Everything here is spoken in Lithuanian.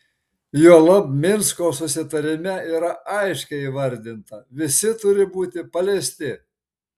juolab minsko susitarime yra aiškiai įvardinta visi turi būti paleisti